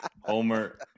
Homer